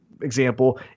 example